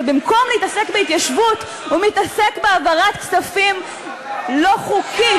אבל במקום להתעסק בהתיישבות הוא מתעסק בהעברת כספים לא חוקית.